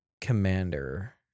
commander